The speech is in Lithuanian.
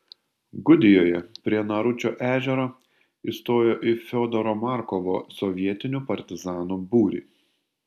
gudijoje prie naručio ežero įstojo į fiodoro markovo sovietinių partizanų būrį